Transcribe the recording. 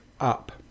up